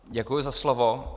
Děkuji za slovo.